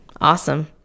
Awesome